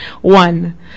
One